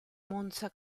monza